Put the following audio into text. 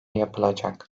yapılacak